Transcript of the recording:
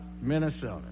Minnesota